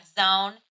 zone